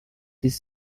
this